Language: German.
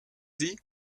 sie